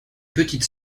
petite